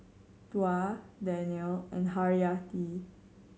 Tuah Daniel and Haryati